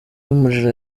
y’umuriro